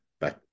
Bye